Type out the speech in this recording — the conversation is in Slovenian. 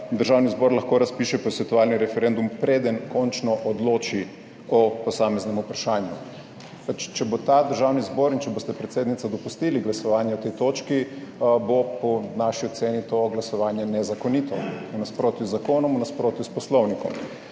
Državni zbor lahko razpiše posvetovalni referendum, preden končno odloči o posameznem vprašanju. Pač, če bo ta Državni zbor in če boste, predsednica, dopustili glasovanje o tej točki, bo po naši oceni to glasovanje nezakonito, v nasprotju z zakonom, v nasprotju s Poslovnikom.